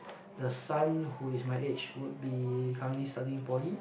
the son who is my age would be currently studying in poly